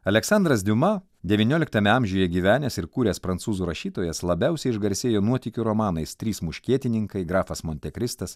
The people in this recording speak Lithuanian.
aleksandras diuma devynioliktame amžiuje gyvenęs ir kūręs prancūzų rašytojas labiausiai išgarsėjo nuotykių romanais trys muškietininkai grafas montekristas